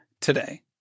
today